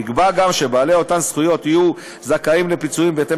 נקבע גם שבעלי אותן זכויות יהיו זכאים לפיצויים בהתאם